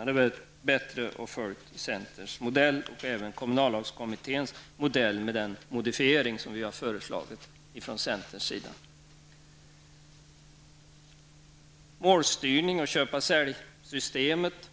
Det hade varit bättre att följa centerns modell och även kommunallagskommitténs modell med den modifiering som vi har föreslagit från centerns sida. Målstyrning och köpa-säljasystemet